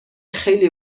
خیلی